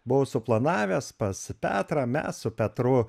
buvau suplanavęs pas petrą mes su petru